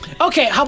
okay